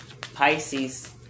Pisces